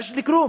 מג'ד-אל-כרום,